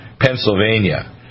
Pennsylvania